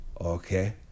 okay